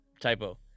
Typo